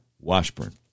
Washburn